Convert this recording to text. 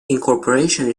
incorporation